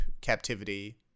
captivity